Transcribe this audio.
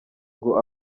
ngo